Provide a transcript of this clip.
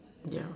yeah